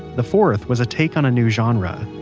the fourth was a take on a new genre.